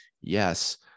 Yes